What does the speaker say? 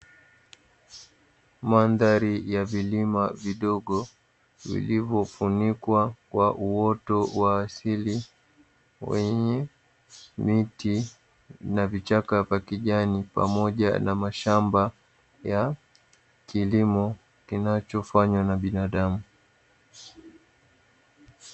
Mandhari ya vilima vidogo vilivyofunikwa kwa uoto wa asili, wenye miti na vichaka vya kijani, pamoja na mashamba ya kilimo kinachofanywa na binadamu.